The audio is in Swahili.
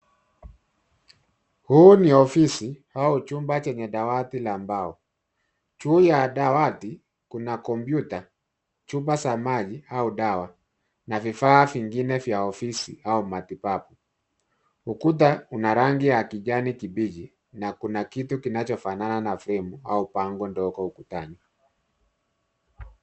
Huu ni ofisi au chumba chenye dawati la mbao. Juu ya dawati kuna kompyuta, chupa za maji au dawa na vifaa vingine vya ofisi au matibabu. Ukuta una rangi ya kijani kibichi na kuna kitu kinachofanana na fremu au bango ndogo ukutani.